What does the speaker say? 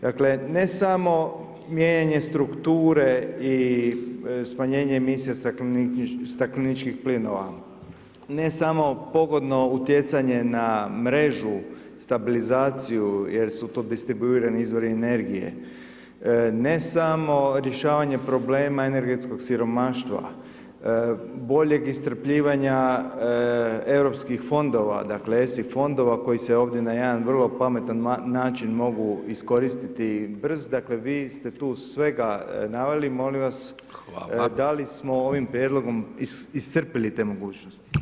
Dakle, ne samo mijenjanje strukture i smanjenje emisije stakleničkih plinova, ne samo pogodno utjecanje na mrežu, stabilizaciju jer su to distribuirani izvori energije, ne samo rješavanje problema energetskog siromaštva, boljeg iscrpljivanja Europskih fondova, dakle, esif fondova koji se ovdje na jedan vrlo pametan način mogu iskoristiti, brz, dakle, vi ste tu svega naveli, molim vas [[Upadica: Hvala]] da li smo ovim Prijedlogom iscrpili te mogućnosti?